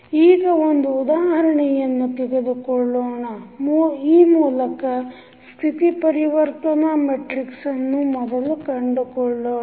ಈಗ ಒಂದು ಉದಾಹರಣೆಯನ್ನು ತೆಗೆದುಕೊಳ್ಳೋಣ ಮೂಲಕ ಸ್ಥಿತಿ ಪರಿವರ್ತನಾ ಮೆಟ್ರಿಕ್ಸನ್ನು ಮೊದಲು ಕಂಡುಕೊಳ್ಳೋಣ